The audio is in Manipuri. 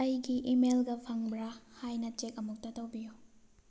ꯑꯩꯒꯤ ꯏꯃꯦꯜꯒ ꯐꯪꯕ꯭ꯔꯥ ꯍꯥꯏꯅ ꯆꯦꯛ ꯑꯃꯨꯛꯇ ꯇꯧꯕꯤꯌꯨ